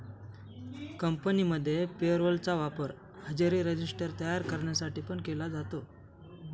कंपनीमध्ये payroll चा वापर हजेरी रजिस्टर तयार करण्यासाठी पण केला जातो